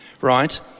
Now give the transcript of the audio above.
right